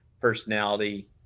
personality